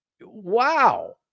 Wow